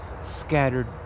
scattered